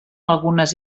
algunes